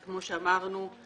וכמו שאמרנו,